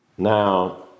Now